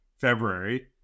February